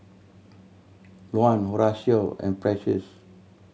Luann Horacio and Precious